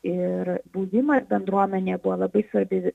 ir buvimas bendruomenėj buvo labai svarbi